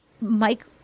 Mike